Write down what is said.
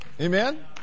Amen